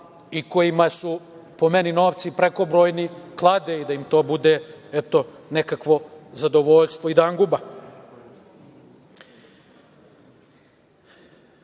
i kojima su, po meni, novce prekobrojni, klade i da im to bude, eto, nekakvo zadovoljstvo i danguba. Naravno